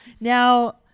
Now